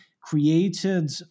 created